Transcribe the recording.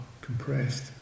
compressed